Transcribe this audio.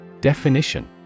Definition